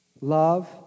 love